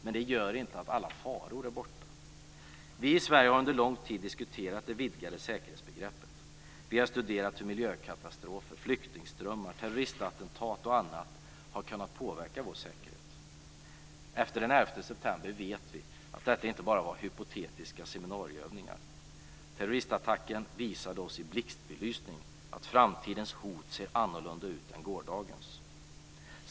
Men det gör inte att alla faror är borta. Vi i Sverige har under lång tid diskuterat det vidgade säkerhetsbegreppet. Vi har studerat hur miljökatastrofer, flyktingströmmar, terroristattentat och annat har kunnat påverka vår säkerhet. Efter den 11 september vet vi att detta inte bara var hypotetiska seminarieövningar. Terroristattackerna visade oss i blixtbelysning att framtidens hot ser annorlunda ut än gårdagens.